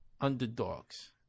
underdogs